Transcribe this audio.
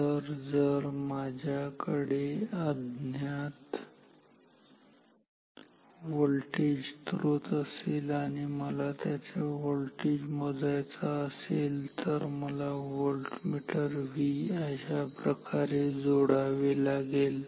तर जर माझ्याकडे अज्ञात व्होल्टेज स्त्रोत असेल आणि मला त्याचे व्होल्टेज मोजायचे असेल तर मला व्होल्टमीटर V अशा प्रकारे जोडावे लागेल